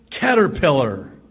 Caterpillar